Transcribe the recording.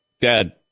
Dad